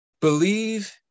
Believe